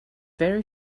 very